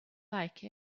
like